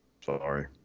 Sorry